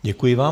Děkuji vám.